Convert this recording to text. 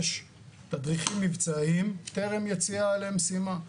יש תדריכים מבצעיים טרם יציאה למשימה.